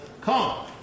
come